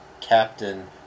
captain